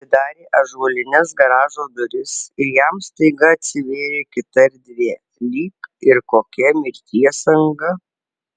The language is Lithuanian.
atidarė ąžuolines garažo duris ir jam staiga atsivėrė kita erdvė lyg ir kokia mirties anga